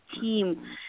team